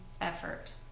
effort